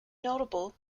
notable